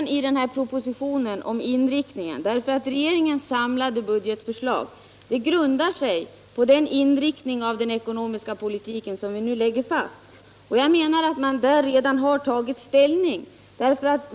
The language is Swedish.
Herr talman! Regeringens budgetproposition grundar sig på inriktningen av den ekonomiska politiken, och den läggs fast i den proposition som jag har redovisat. Jag anser att man redan i den propositionen har tagit ställning.